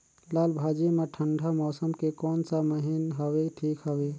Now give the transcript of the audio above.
लालभाजी ला ठंडा मौसम के कोन सा महीन हवे ठीक हवे?